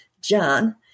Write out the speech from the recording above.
John